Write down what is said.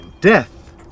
death